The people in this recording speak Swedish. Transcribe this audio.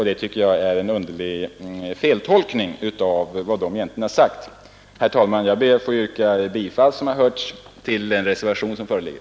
Det tycker jag är en märklig feltolkning av vad man där har sagt. Herr talman! Jag ber att få yrka bifall till den reservation som fogats till finansutskottets betänkande nr 39.